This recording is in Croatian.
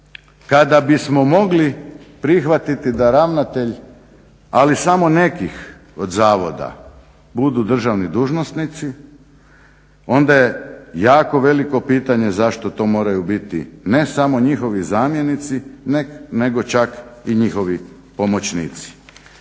kada bismo mogli prihvatiti da ravnatelj ali samo od nekih zavoda budu državni dužnosnici, onda je jako veliko pitanje zašto to moraju biti ne samo njihovi zamjenici nego čak i njihovi pomoćnici.